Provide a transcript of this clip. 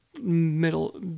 middle